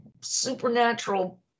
supernatural